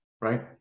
Right